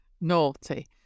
Naughty